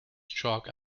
chalk